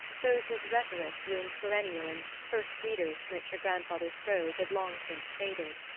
those whose rhetoric bloomed perennial in first readers from which her grandfather's prose had long since faded.